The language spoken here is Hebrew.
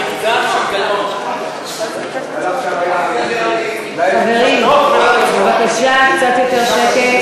(שותקת) חברים, בבקשה קצת יותר שקט.